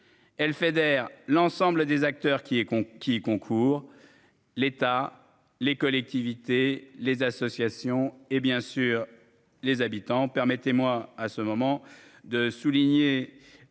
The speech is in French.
elle fédère l'ensemble des acteurs qui est con qui concourent l'État, les collectivités, les associations et bien sûr les habitants, permettez-moi, à ce moment de souligner